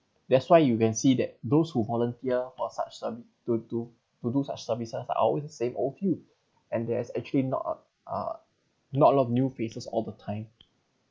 that's why you can see that those who volunteer for such service to do to do such services are always the same old few and there's actually not uh uh not a lot of new faces all the time